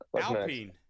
Alpine